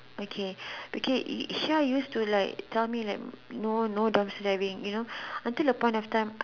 okay okay here use to like tell me like no no dumpster diving until a point of time